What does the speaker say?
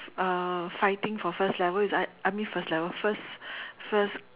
uh fighting for first level is I I mean first level first first